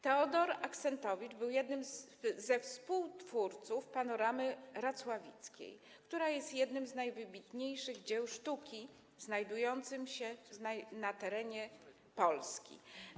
Teodor Axentowicz był jednym ze współtwórców „Panoramy Racławickiej”, która jest jednym z najwybitniejszych dzieł sztuki znajdujących się na terenie Polski.